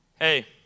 Hey